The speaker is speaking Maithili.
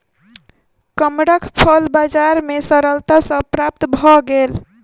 कमरख फल बजार में सरलता सॅ प्राप्त भअ गेल